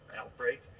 outbreak